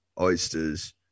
oysters